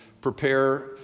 prepare